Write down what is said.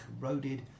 corroded